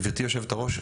גברתי היושבת-ראש,